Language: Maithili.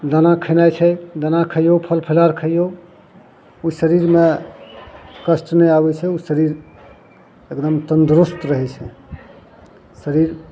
दाना खेनाइ छै दाना खइयौ फल फलाहार खइयौ उ शरीरमे कष्ट नहि आबय छै उ शरीर एकदम तन्दुरस्त रहय छै शरीर